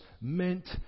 meant